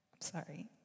Sorry